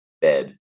bed